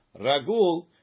Ragul